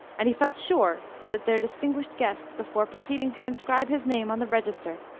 and he felt sure that their distinguished guest, before proceeding to inscribe his name on the register,